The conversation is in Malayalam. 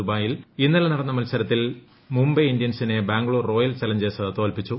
ദുബായിയിൽ ഇന്നലെ നടന്ന മത്സരത്തിൽ മുംബൈ ഇന്ത്യൻസിനെ ബാംഗ്ലൂർ റോയൽ ചലഞ്ചേഴ്സ് തോൽപ്പിച്ചു